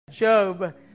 Job